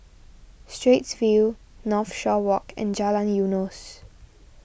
Straits View Northshore Walk and Jalan Eunos